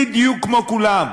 בדיוק כמו כולם,